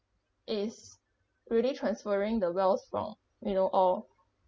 is really transferring the wealth from you know or